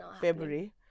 February